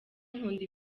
nkunda